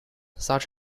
such